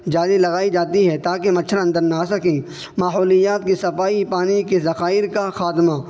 جالی لگائی جاتی ہے تاکہ مچھر اندر نہ آ سکیں ماحولیات کی صفائی پانی کی ذخائر کا خاتمہ